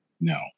No